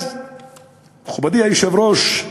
מכובדי היושב-ראש,